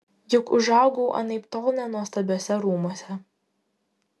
juk užaugau anaiptol ne nuostabiuose rūmuose